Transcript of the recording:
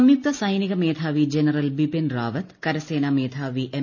സംയുക്ത സൈനിക മേധാവി ജനറൽ ബിപിൻ റ്റാപ്പത്ത് കരസേനാമേധാവി എം